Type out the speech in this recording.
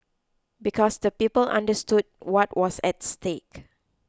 because the people understood what was at stake